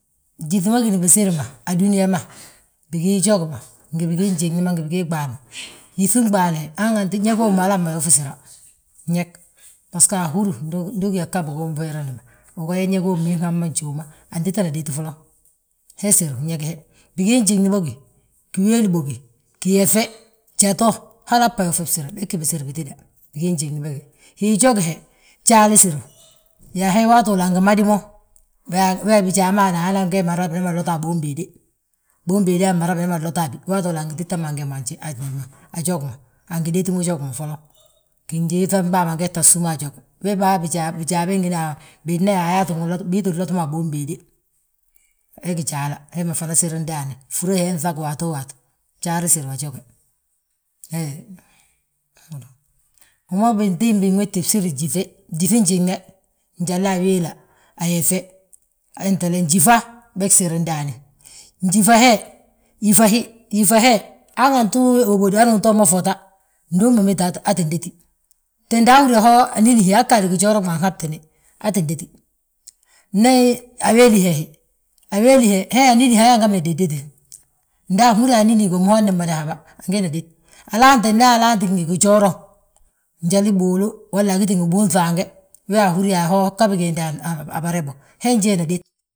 Gyíŧi ma gini bisiri ma a dúniyaa ma, bigii jogi ma, bigii njiŋni ma, ngi bigii ɓaali ma. Híŧin ɓaale ñég hommu halaama yoof sira. Ñég barso, ahúri, ndu ugí yaa ghabi gi, unferedi ma, uga yaa ñég hommu nhabma njuuma. Antitana dét folon, he siru, ñég he, bigii njiŋi béogi, giwéli bógi giyeŧe, jato halaa bbà yoofi bsire, bégi bisiri bitída. Bigii njiŋni bége, wii jogi we jaala siru, yaa he waati wolo angi mad mo. Wee bijaa ma yaana, angi yaa mo, wi gema raa sam bilot ma a bonbéede, bombéede ma raa biman lota a bi, waati wola angi tita mange haji ma, ajogi ma, angi déti mo jogi ma foloŋ. Gimbiiŧambàa ma ngeta súm a joge, wee bijaa ma yaama bii tti lot ma a bombéede, he gí jaala, hee ma fana siri ndaani. Fúre he binŧagi waatowaati, jali he siri ndaan, jala sira a joge. Wi ma bintiimbi húriti gsire gyíŧe, gyíŧi njiŋne njala awéla, ayefe njífa, beg siri ndaani. Njifa he, yífa hi, angantu uyóbo hani untoma fota, ndu uma méti aa tti déti, te nda ahúra, ho anín hi aa ggadi gijooraŋ ma anhabtini aa tti déti. Ndi awéli hee hi, awéli he anín he, he ange mida ndétidete, nda ahúri yaa anín gommu, aa tti mada haba. Angeena dét, alaante nda alaante gí ngi gijooraŋ, njali buulu, walaa agiti ngi buunŧaŋe, we anhúri yaa ho, ghabi giinda abare bo, hee njeena dét.